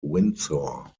windsor